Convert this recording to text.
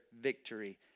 victory